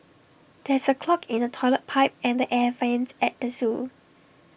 there is A clog in the Toilet Pipe and the air Vents at the Zoo